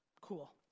Cool